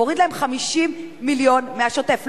מוריד להם 50 מיליון מהשוטף.